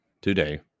today